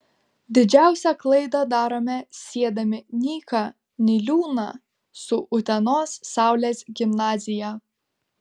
didžiausią klaidą darome siedami nyką niliūną su utenos saulės gimnazija